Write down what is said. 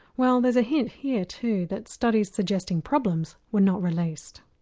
well there's a hint here too, that studies suggesting problems were not released.